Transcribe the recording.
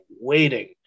waiting